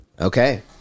Okay